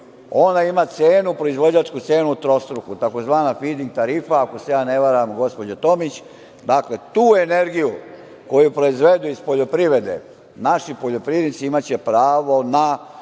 ona ima cenu, proizvođačku cenu trostruku tzv. fiding tarifa, ako se ne varam, gospođo Tomić. Dakle, tu energiju koju proizvedu iz poljoprivrede naši poljoprivrednici imaće pravo na